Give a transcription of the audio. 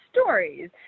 stories